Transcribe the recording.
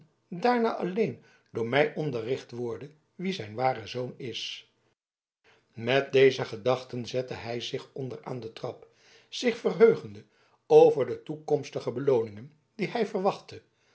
daarna alleen door mij onderricht worde wie zijn ware zoon is met deze gedachten zette hij zich onder aan de trap zich verheugende over de toekomstige belooningen die hij verwachtte